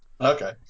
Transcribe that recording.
Okay